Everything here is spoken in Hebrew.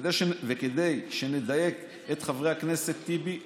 וכדי שנדייק את חבר הכנסת טיבי,